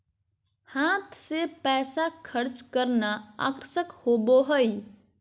हाथ से पैसा खर्च करना आकर्षक होबो हइ